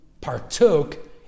partook